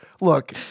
Look